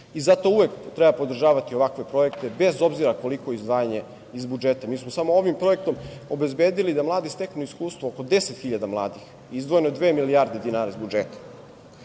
uvek treba podržavati ovakve projekte bez obzira koliko je izdvajanje iz budžeta. Mi smo samo ovim projektom obezbedili da mladi steknu iskustvo oko 10.000 mladih izdvojeno je dve milijarde dinara iz budžeta. Raduje